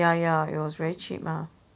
ya ya it was very cheap mah